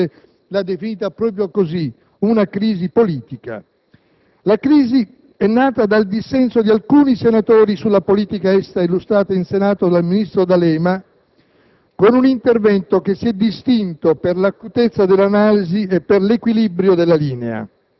La crisi è nata dal dissenso di alcuni senatori sulla politica estera illustrata in Senato dal ministro D'Alema